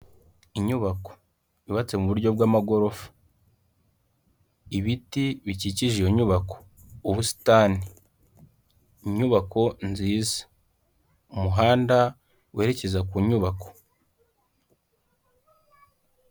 Inyubako yubatse mu buryo bw'amagorofa, ibiti bikikije iyo nyubako, ubusitani, inyubako nziza, umuhanda werekeza ku nyubako.